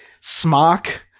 smock